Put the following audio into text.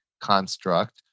construct